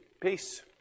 Peace